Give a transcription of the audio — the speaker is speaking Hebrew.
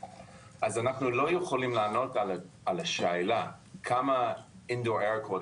אנחנו לא יכולים לענות על השאלה כמה איכות האוויר הביתי